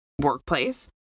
workplace